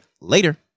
later